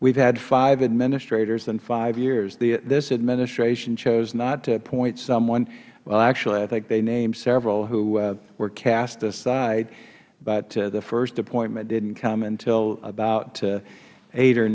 have had five administrators in five years this administration chose not to appoint someone actually i think they named several who were cast aside but the first appointment didn't come until about eight or